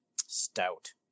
stout